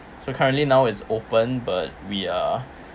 so currently now it's open but we are